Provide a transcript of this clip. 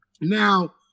Now